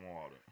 water